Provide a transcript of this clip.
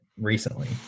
recently